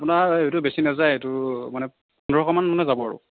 আপোনাৰ এটো বেছি নাযায় এটো মানে পোন্ধৰশমান মানে যাব আৰু